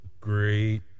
Great